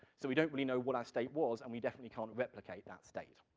so we don't really know what our state was, and we definitely can't replicate that state.